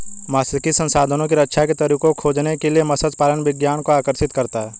मात्स्यिकी संसाधनों की रक्षा के तरीकों को खोजने के लिए मत्स्य पालन विज्ञान को आकर्षित करता है